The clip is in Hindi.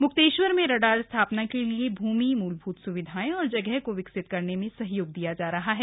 मुक्तेश्वर में रडार स्था ना के लिए भूमि मूलभूत स्विधाएं और जगह को विकसित करने में सहयोग दिया जा रहा है